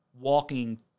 walking